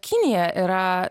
kinija yra